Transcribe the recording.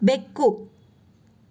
ಬೆಕ್ಕು